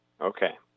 Okay